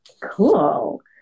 cool